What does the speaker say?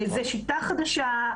זו שיטה חדשה.